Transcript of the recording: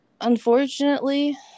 Unfortunately